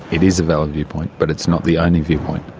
it is a valid viewpoint. but it's not the only viewpoint.